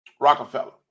Rockefeller